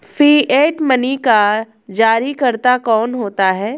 Fiat money का जारीकर्ता कौन होता है?